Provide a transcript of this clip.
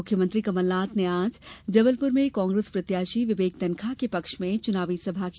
मुख्यमंत्री कमलनाथ ने आज जबलपुर में कांग्रेस प्रत्याशी विवेक तन्खा के पक्ष में चुनावी सभा की